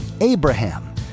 Abraham